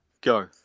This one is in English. Go